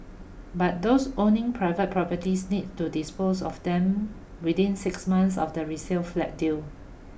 but those owning private properties need to dispose of them within six months of the resale flat deal